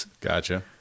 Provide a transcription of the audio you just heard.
Gotcha